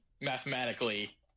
mathematically